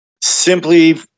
simply